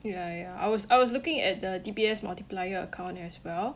I I was I was looking at the D_B_S multiplier account as well